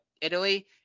Italy